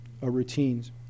routines